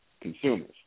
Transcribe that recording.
consumers